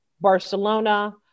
Barcelona